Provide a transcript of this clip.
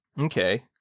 Okay